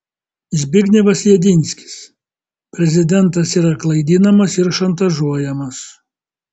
zbignevas jedinskis prezidentas yra klaidinamas ir šantažuojamas